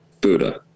Buddha